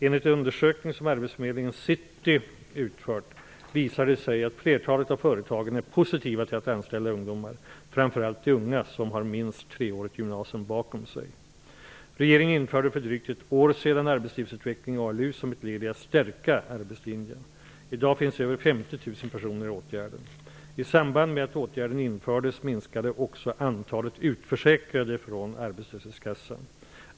Enligt en undersökning som Arbetsförmedlingen City utfört visar det sig att flertalet av företagen är positiva till att anställa ungdomar, framför allt de unga som har minst treårigt gymnasium bakom sig. Regeringen införde för drygt ett år sedan arbetslivsutveckling, ALU, som ett led i att stärka arbetslinjen. I dag finns över 50 000 personer i åtgärder. I samband med att åtgärder infördes, minskade också antalet utförsäkrade från arbetslöshetskassan.